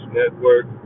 network